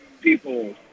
people